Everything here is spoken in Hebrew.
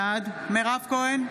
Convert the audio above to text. בעד מירב כהן,